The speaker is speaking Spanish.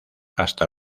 hasta